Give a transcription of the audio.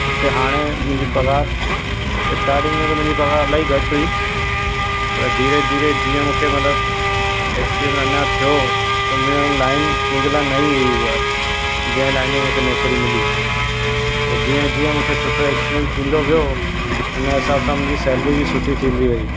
हुते हाणे मुंहिंजी पगार स्टार्टिंग में त मुंहिंजी पगार इलाही घटि हुई पर धीरे धीरे जीअं मूंखे मतलबु एक्सपीरियंस अञा थियो छो की लाइन मुंहिंजे लाइ नई हुई उहा जंहिं लाइन में मूंखे नौकिरी मिली पोइ जीअं जीअं मूंखे सुठो एक्सपीरियन थींदो वियो हुनजे हिसाब सां मुंहिंजी सैलरी बि सुठी थींदी वेई